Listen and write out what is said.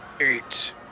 Eight